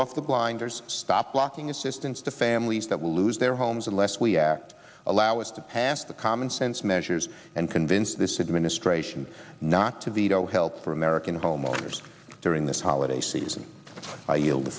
off the blinders stop blocking assistance to families that will lose their homes unless we act allow us to pass the commonsense measures and convince this administration not to veto help for american homeowners during this holiday season i yield t